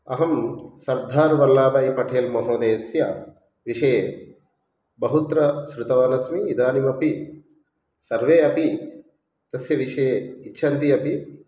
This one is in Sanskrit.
अहं सर्दार् वल्लाभायि पटेल् महोदयस्य विषये बहुत्र श्रुतवानस्मि इदानीमपि सर्वे अपि तस्य विषये इच्छन्ति अपि